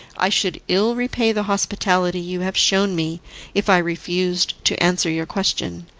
i should ill repay the hospitality you have shown me if i refused to answer your question.